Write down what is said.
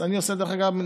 דרך אגב,